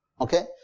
Okay